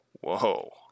Whoa